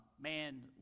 Man